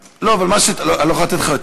לא, אני לא יכול לתת לך יותר.